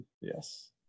Yes